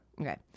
Okay